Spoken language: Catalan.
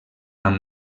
amb